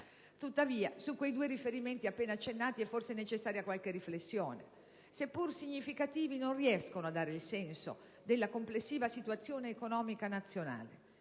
Tuttavia, su quei due riferimenti appena accennati è forse necessaria qualche riflessione: seppure significativi, non riescono a dare il senso della complessiva situazione economica nazionale.